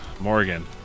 Morgan